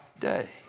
day